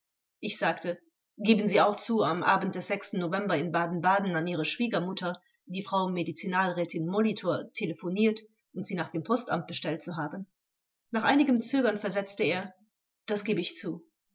ich sagte geben sie auch zu am abend der november in baden-baden an ihre schwiegermutter die frau medizinalräti molitor telephoniert und sie nach dem postamt bestellt zu haben nach einigem zögern versetzte er das gebe ich zu